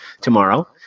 Tomorrow